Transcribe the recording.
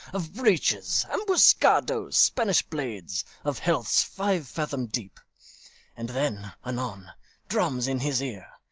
of breaches, ambuscadoes, spanish blades, of healths five fathom deep and then anon drums in his ear,